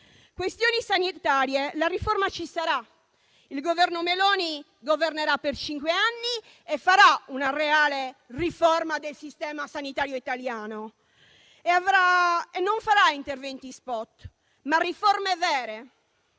questioni sanitarie, la riforma ci sarà. Il Governo Meloni governerà per cinque anni e farà una reale riforma del Sistema sanitario italiano. Farà non interventi *spot*, ma riforme vere.